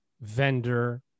vendor